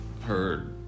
heard